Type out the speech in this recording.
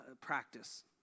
practice